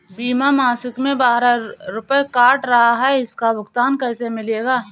बीमा मासिक में बारह रुपय काट रहा है इसका भुगतान कैसे मिलेगा?